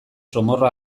zomorro